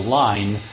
line